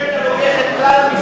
אלא אם כן אתה לוקח את כלל המסים.